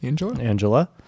Angela